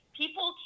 people